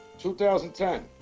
2010